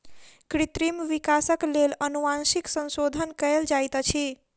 कृत्रिम विकासक लेल अनुवांशिक संशोधन कयल जाइत अछि